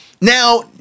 Now